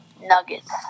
Nuggets